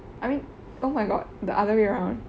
I mean oh my god the other way around